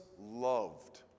loved